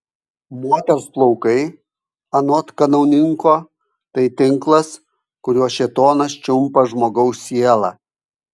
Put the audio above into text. moters plaukai anot kanauninko tai tinklas kuriuo šėtonas čiumpa žmogaus sielą